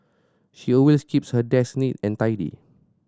she always keeps her desk neat and tidy